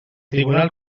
tribunal